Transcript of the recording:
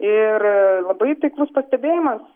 ir labai taiklus pastebėjimas